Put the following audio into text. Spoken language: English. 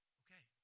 okay